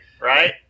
Right